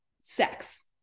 sex